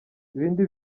ibindi